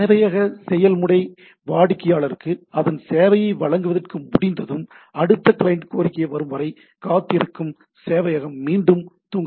சேவையக செயல்முறை வாடிக்கையாளருக்கு அதன் சேவையை வழங்குவதை முடித்ததும் அடுத்த கிளையன்ட் கோரிக்கை வரும் வரை காத்திருக்கும் சேவையகம் மீண்டும் தூங்குகிறது